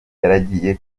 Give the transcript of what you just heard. yaragiye